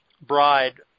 bride